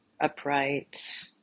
upright